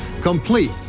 complete